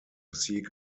seek